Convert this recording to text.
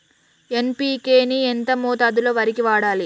NPK ని ఎంత మోతాదులో వరికి వాడాలి?